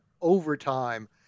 overtime